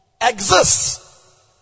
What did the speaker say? exists